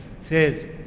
says